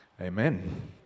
Amen